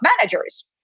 managers